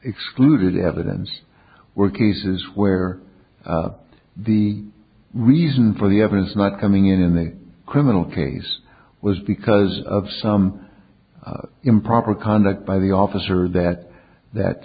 excluded evidence were cases where the reason for the evidence not coming in in the criminal case was because of some improper conduct by the officer that that